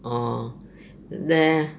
orh